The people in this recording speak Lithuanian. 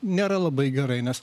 nėra labai gerai nes